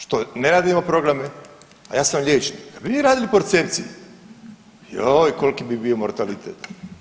Što ne radimo programe, a ja sam liječnik, kad bi vi radili percepcije joj koliki bi bio mortalitet.